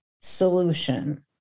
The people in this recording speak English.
solution